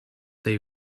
they